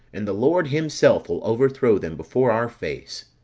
and the lord himself will overthrow them before our face,